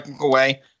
away